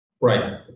right